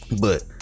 but-